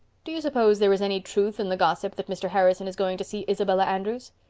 do you suppose there is any truth in the gossip that mr. harrison is going to see isabella andrews?